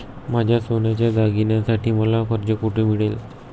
माझ्या सोन्याच्या दागिन्यांसाठी मला कर्ज कुठे मिळेल?